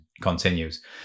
continues